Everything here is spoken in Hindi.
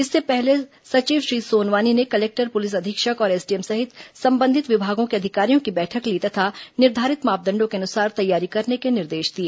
इससे पहले सचिव श्री सोनवानी ने कलेक्टर पुलिस अधीक्षक और एसडीएम सहित संबंधित विभागों के अधिकारियों की बैठक ली तथा निर्धारित मापदंडों के अनुसार तैयारी करने के निर्देश दिए